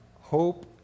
hope